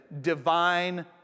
divine